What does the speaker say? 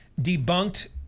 debunked